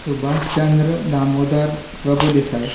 Subhashchandra Damodar Prabhudesai